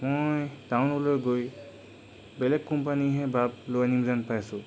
মই টাউনলৈ গৈ বেলেগ কোম্পানীহে বাল্ব লৈ আনিম যেন পাইছোঁ